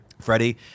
Freddie